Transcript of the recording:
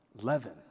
leaven